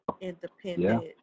independent